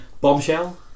Bombshell